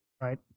right